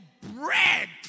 bread